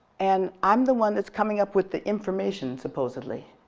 and i'm the one that's coming up with the information, supposedly.